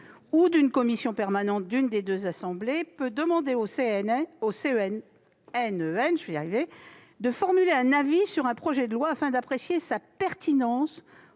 ou d'une commission permanente d'une des deux assemblées peut demander au CNEN de formuler un avis sur un projet de loi afin d'en apprécier la pertinence